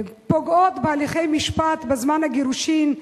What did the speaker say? פוגעות בהליכי משפט בזמן הגירושים כדי,